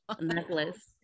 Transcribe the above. Necklace